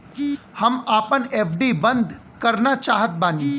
हम आपन एफ.डी बंद करना चाहत बानी